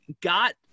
got